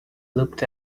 looked